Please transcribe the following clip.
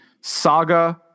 Saga